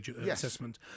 assessment